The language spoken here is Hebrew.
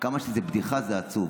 כמה שזה בדיחה זה עצוב,